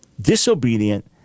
disobedient